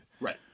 Right